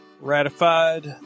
ratified